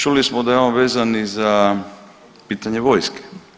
Čuli smo da je on vezan i za pitanje vojske.